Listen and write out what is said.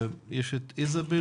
איזבל